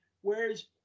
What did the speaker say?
Whereas